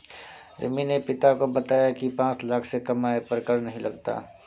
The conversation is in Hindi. रिमी ने पिता को बताया की पांच लाख से कम आय पर कर नहीं लगता